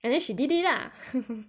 and then she did it lah